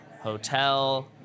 hotel